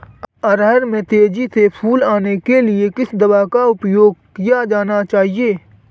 अरहर में तेजी से फूल आने के लिए किस दवा का प्रयोग किया जाना चाहिए?